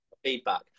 feedback